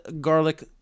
Garlic